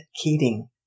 keating